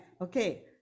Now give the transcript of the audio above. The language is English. Okay